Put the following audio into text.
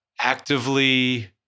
actively